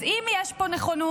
אז אם יש פה נכונות,